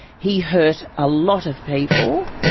he hurt a lot of people.